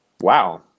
Wow